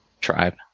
tribe